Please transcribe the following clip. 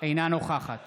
אינה נוכחת